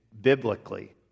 biblically